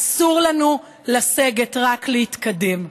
אסור לנו לסגת, רק להתקדם.